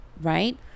Right